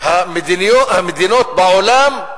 המדינות בעולם,